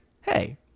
hey